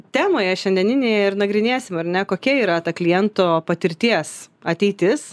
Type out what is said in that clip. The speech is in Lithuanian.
temoje šiandieninėj ir nagrinėsim ar ne kokia yra ta kliento patirties ateitis